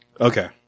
Okay